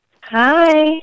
hi